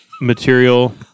Material